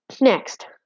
Next